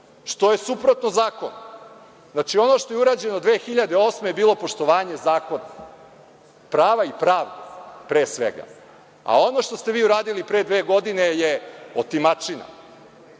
što je suprotno zakonu. Znači, ono što je urađeno 2008. godine bilo je poštovanje zakona, prava i pravde pre svega. A ono što ste vi uradili pre dve godine je otimačina.